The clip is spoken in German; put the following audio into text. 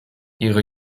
ihre